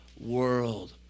world